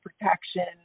protection